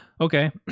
okay